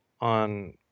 on